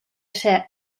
ser